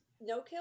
no-kill